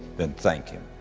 then thank him.